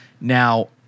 Now